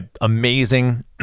amazing